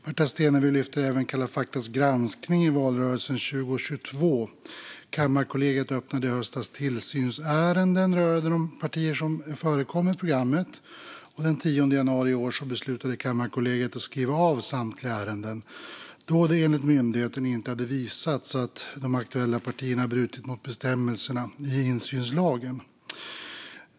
Märta Stenevi lyfter även fram Kalla faktas granskning i valrörelsen 2022. Kammarkollegiet öppnade i höstas tillsynsärenden rörande de partier som förekom i programmet. Den 10 januari i år beslutade Kammarkollegiet att skriva av samtliga ärenden, då det, enligt myndigheten, inte visats att de aktuella partierna brutit mot bestämmelserna i insynslagen.